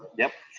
yep.